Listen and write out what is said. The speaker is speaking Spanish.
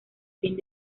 fin